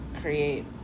create